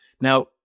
Now